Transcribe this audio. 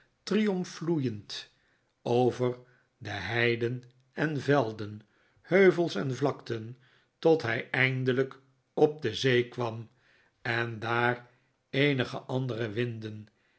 triomfloeiend over heiden en velden heuvels en vlakten tot hij eindelijk op de zee kwam en daar eenige andere winden